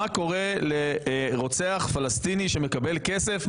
מה קורה לרוצח פלסטיני שמקבל כסף,